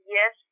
Yes